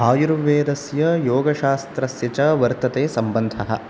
आयुर्वेदस्य योगशास्त्रस्य च वर्तते सम्बन्धः